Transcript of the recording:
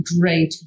great